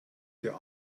der